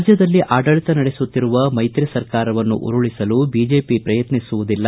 ರಾಜ್ಯದಲ್ಲಿ ಆಡಳಿತ ನಡೆಸಿತ್ತಿರುವ ಮೈತ್ರಿ ಸರ್ಕಾರವನ್ನು ಉರುಳಿಸಲು ಬಿಜೆಪಿ ಯತ್ನಸುವುದಿಲ್ಲ